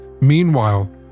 Meanwhile